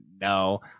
no